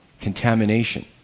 contamination